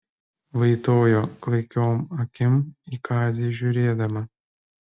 vaitojo klaikiom akim į kazį žiūrėdama